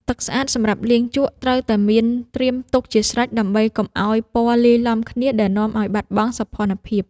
ទឹកស្អាតសម្រាប់លាងជក់ ត្រូវតែមានត្រៀមទុកជាស្រេចដើម្បីកុំឱ្យពណ៌លាយឡំគ្នាដែលនាំឱ្យបាត់បង់សោភ័ណភាព។